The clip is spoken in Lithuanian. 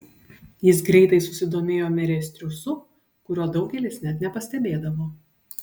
jis greitai susidomėjo merės triūsu kurio daugelis net nepastebėdavo